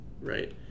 right